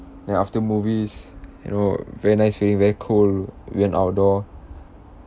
then after movies you know very nice feeling very cold when outdoor